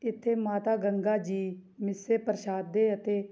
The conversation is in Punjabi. ਇੱਥੇ ਮਾਤਾ ਗੰਗਾ ਜੀ ਮਿੱਸੇ ਪ੍ਰਸ਼ਾਦੇ ਅਤੇ